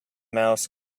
mouse